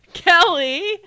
Kelly